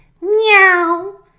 meow